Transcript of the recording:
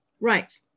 Right